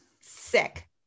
Sick